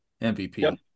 MVP